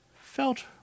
felt